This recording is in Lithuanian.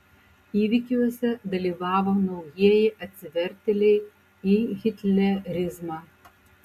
įvykiuose dalyvavo naujieji atsivertėliai į hitlerizmą